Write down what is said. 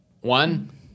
One